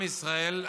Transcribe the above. עם ישראל,